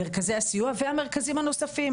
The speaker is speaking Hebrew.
מרכזי הסיוע והמרכזים הנוספים,